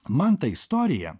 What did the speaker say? man ta istorija